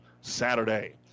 Saturday